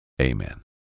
Amen